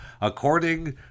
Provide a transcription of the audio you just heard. according